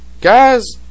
guys